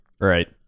Right